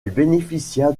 bénéficia